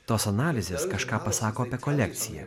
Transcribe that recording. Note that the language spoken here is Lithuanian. tos analizės kažką pasako apie kolekciją